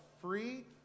free